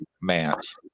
match